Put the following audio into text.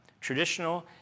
traditional